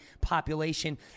population